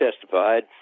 testified